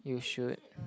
you should